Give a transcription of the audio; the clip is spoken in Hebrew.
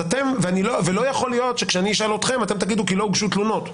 לא יכול להיות שכשאני אשאל אותכם אתם תגידו לי כי לא הוגשו תלונות.